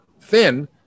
thin